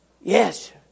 Yes